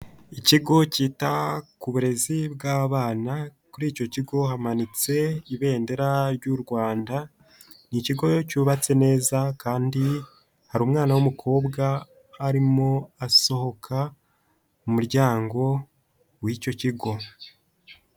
Ikigo kita ku burezi bw'abana, kuri icyo kigo hamanitse ibendera ry'u Rwanda, ni ikigo cyubatse neza kandi hari umwana w'umukobwa arimo asohoka mu muryango w'icyo kigo.